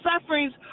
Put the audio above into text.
sufferings